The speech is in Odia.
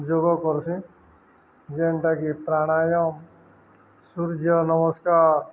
ଯୋଗ କରସି ଯେନ୍ଟାକି ପ୍ରାଣାୟମ ସୂର୍ଯ୍ୟ ନମସ୍କାର